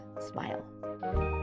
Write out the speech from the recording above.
smile